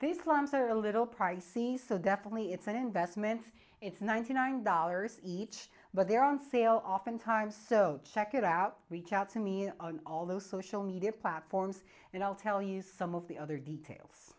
lamps are a little pricey so definitely it's an investment it's ninety nine dollars each but they're on sale oftentimes so check it out reach out to me although social media platforms and i'll tell you some of the other details